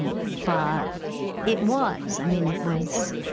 but it was. i mean, it was